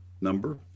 number